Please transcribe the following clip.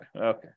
Okay